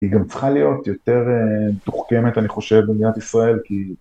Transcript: היא גם צריכה להיות יותר מתוחכמת, אני חושב, במדינת ישראל, כי...